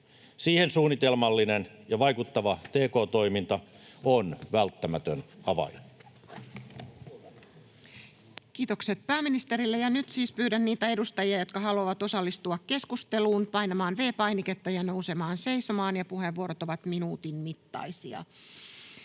suunnitelmasta Time: 14:10 Content: Kiitokset pääministerille. — Nyt siis pyydän niitä edustajia, jotka haluavat osallistua keskusteluun, painamaan V-painiketta ja nousemaan seisomaan. Puheenvuorot ovat minuutin mittaisia.